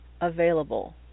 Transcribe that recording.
available